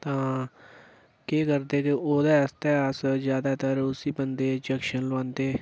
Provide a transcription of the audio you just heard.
तां केह् करदे कि ओह्दे आस्तै अस जादातर उसी बंदे ई इंजेक्शन लोआंदे